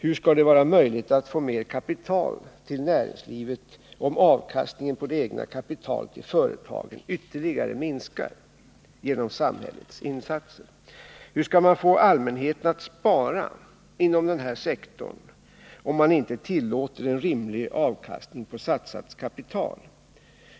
Hur skall det vara möjligt att få mera kapital till näringslivet, om avkastningen på det egna kapitalet i företagen ytterligare minskar genom samhällets insatser? Hur skall man få allmänheten att spara inom denna sektor. om man inte tillåter en rimlig avkastning på satsat kapital?